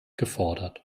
gefordert